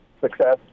success